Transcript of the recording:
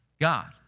God